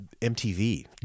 MTV